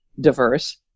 diverse